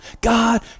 God